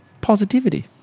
positivity